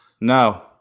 no